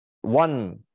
one